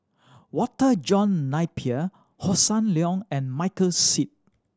Walter John Napier Hossan Leong and Michael Seet